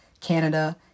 Canada